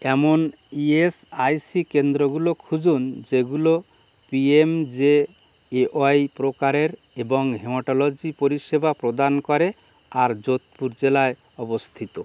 এমন ইএসআইসি কেন্দ্রগুলো খুঁজুন যেগুলো পিএমজেএওয়াই প্রকারের এবং হেমাটোলজি পরিষেবা প্রদান করে আর যোধপুর জেলায় অবস্থিত